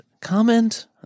comment